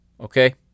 Okay